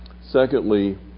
Secondly